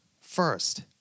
first